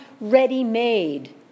ready-made